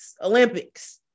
Olympics